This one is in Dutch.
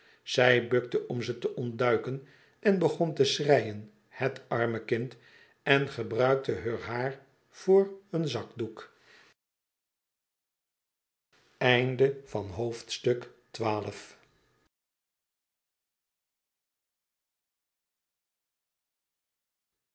zij bukte om ze te ontduiken en begon te schreien het arme kind en gebruikte heur haar toor een zakdoek